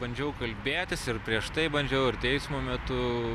bandžiau kalbėtis ir prieš tai bandžiau ir teismo metu